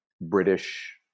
British